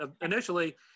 initially